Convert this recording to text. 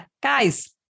guys